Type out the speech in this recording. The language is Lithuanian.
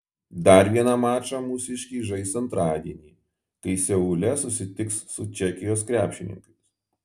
dar vieną mačą mūsiškiai žais antradienį kai seule susitiks su čekijos krepšininkais